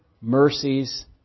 mercies